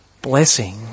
blessing